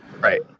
Right